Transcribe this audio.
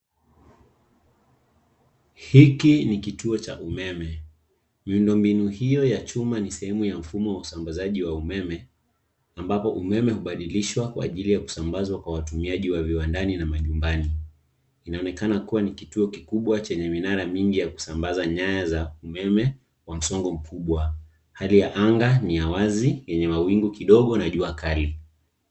Hiki ni kituo cha umeme. Miundombinu hiyo ya chuma ni sehemu ya mfumo wa usambazaji wa umeme ambapo umeme hubadilishwa kwa ajili ya kusambazwa kwa watumiaji wa viwandani na manyumbani. Inaonekana kuwa ni kituo kikubwa chenye minara mingi ya kusambaza nyaya za umeme wa msongo mkubwa. Hali ya anga ni ya wazi yenye mawingu kidogo na jua kali.